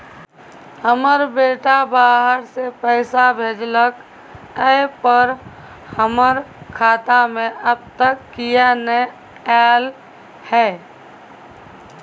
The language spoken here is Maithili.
हमर बेटा बाहर से पैसा भेजलक एय पर हमरा खाता में अब तक किये नाय ऐल है?